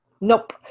Nope